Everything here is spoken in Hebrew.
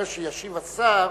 אחרי שישיב השר,